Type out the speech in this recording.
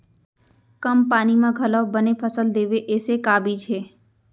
कम पानी मा घलव बने फसल देवय ऐसे का बीज हे?